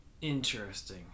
Interesting